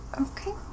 okay